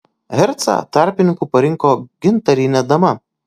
hercą tarpininku parinko gintarinė dama